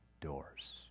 doors